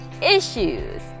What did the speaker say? issues